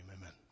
Amen